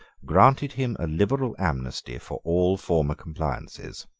granted him a liberal amnesty for all former compliances.